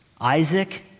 Isaac